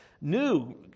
new